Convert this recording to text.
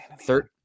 third